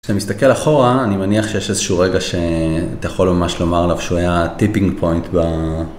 כשאתה מסתכל אחורה, אני מניח שיש איזשהו רגע שאתה יכול ממש לומר לו שהוא היה טיפינג פוינט ב...